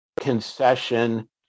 concession